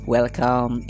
Welcome